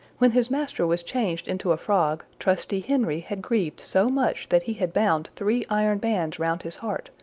when his master was changed into a frog, trusty henry had grieved so much that he had bound three iron bands round his heart,